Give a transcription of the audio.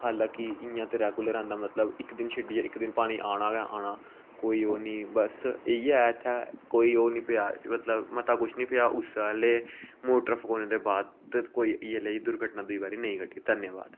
हालाकि इ'यां ते रेगुलर आंदा मतलब इक दिन छड्डियै इक दिन पानी आना गै आना कोई ओह् निं बस इ'यै ऐ इ'त्थें कोई ओह् निं पेआ मतलब मता कुछ निं पेआ उसे आह्ले मोटरां फकौने दे बाद कोई इ'यै लेई दुर्घटना दूई बारी नेईं घटी धन्यबाद